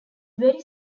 very